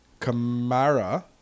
Kamara